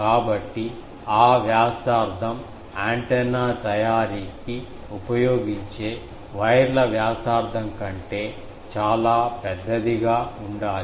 కాబట్టి ఆ వ్యాసార్థం ఆంటెన్నా తయారీకి ఉపయోగించే వైర్ల వ్యాసార్థం కంటే చాలా పెద్దదిగా ఉండాలి